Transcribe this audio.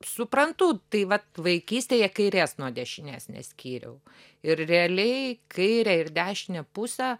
suprantu tai vat vaikystėje kairės nuo dešinės neskyriau ir realiai kairę ir dešinę pusę